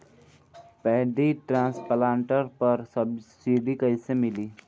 Paddy transplanter पर subsidy कैसे मिली?